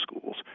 Schools